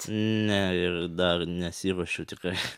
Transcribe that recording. ne ir dar nesiruošiu tikrai